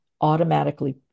automatically